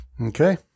Okay